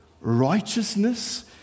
righteousness